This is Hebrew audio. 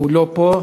הוא לא פה.